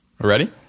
ready